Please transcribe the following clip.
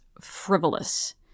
frivolous